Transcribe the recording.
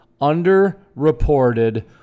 under-reported